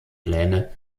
pläne